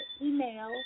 email